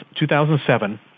2007